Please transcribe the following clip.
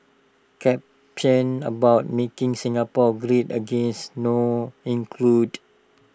caption about making Singapore great again not included